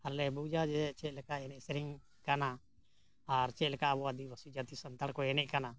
ᱟᱨᱞᱮ ᱵᱩᱡᱟ ᱡᱮ ᱪᱮᱫ ᱞᱮᱠᱟ ᱮᱱᱮᱡ ᱥᱮᱨᱮᱧ ᱠᱟᱱᱟ ᱟᱨ ᱪᱮᱫ ᱞᱮᱠᱟ ᱟᱵᱚᱣᱟᱜ ᱟᱹᱫᱤᱵᱟᱹᱥᱤ ᱡᱟᱹᱛᱤ ᱥᱟᱱᱛᱟᱲ ᱠᱚ ᱮᱱᱮᱡ ᱠᱟᱱᱟ